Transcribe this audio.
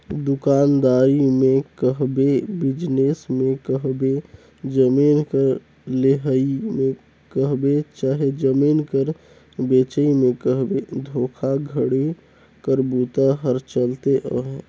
दुकानदारी में कहबे, बिजनेस में कहबे, जमीन कर लेहई में कहबे चहे जमीन कर बेंचई में कहबे धोखाघड़ी कर बूता हर चलते अहे